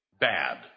bad